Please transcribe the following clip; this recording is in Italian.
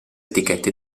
etichette